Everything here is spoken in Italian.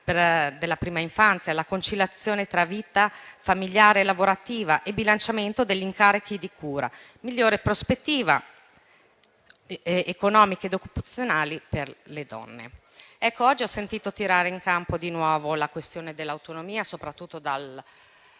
per la prima infanzia, per la conciliazione tra vita familiare e lavorativa e il bilanciamento degli incarichi di cura, nonché per migliori prospettive economiche ed occupazionali per le donne. Oggi ho sentito tirare in campo di nuovo la questione dell'autonomia differenziata,